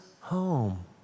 home